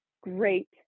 great